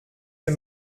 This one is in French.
est